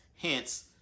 hence